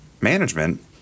Management